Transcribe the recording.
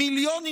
מיליונים,